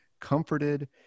comforted